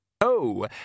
Oh